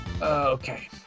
Okay